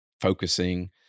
focusing